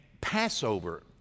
Passover